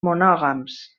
monògams